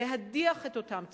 להדיח את אותם צוערים,